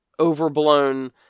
overblown